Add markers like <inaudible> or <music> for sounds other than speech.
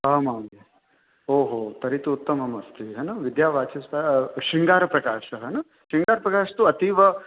आम् आम् ओहो तर्हि तु उत्तममस्ति <unintelligible> विद्यावाचस् श्रृङ्गारप्रकाशः न श्रृङ्गारप्रकाशः अतीव